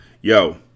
Yo